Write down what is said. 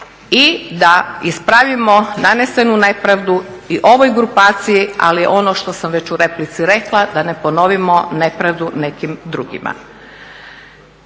i da ispravimo nanesenu nepravdu i ovoj grupaciji, ali i ono što sam već u replici rekla, da ne ponovimo nepravdu nekim drugima.